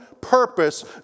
purpose